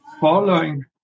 following